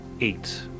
Eight